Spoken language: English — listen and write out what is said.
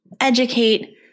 educate